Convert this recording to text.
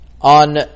on